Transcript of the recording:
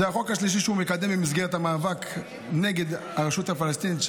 זה החוק השלישי שהוא מקדם במסגרת המאבק נגד הרשות הפלסטינית,